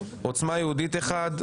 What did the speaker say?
עוצמה יהודית אחד,